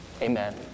Amen